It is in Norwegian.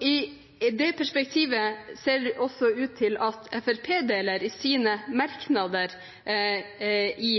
I det perspektivet ser det også ut til at Fremskrittspartiet i sine merknader i